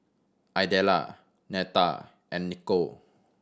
Idella Neta and Niko